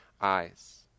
eyes